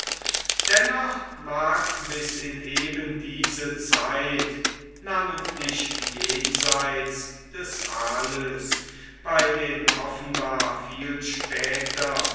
dennoch mag bis in eben diese zeit namentlich jenseits des halys bei den offenbar viel später